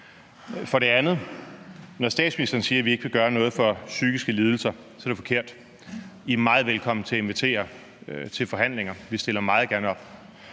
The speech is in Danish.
er det forkert, når statsministeren siger, at vi ikke vil gøre noget for psykiske lidelser. I er meget velkomne til at invitere til forhandlinger – vi stiller meget gerne op.